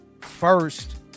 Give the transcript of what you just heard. first